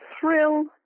thrill